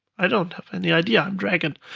i don't have any idea, dragon.